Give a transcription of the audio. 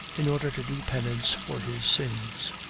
in order to do penance for his sins.